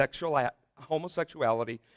homosexuality